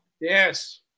Yes